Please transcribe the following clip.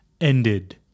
ended